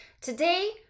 Today